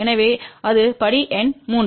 எனவே அது படி எண் 3